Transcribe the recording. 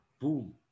boom